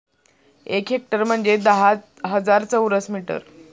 एक हेक्टर म्हणजे दहा हजार चौरस मीटर